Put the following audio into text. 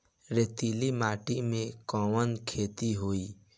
रेतीली माटी में कवन खेती होई?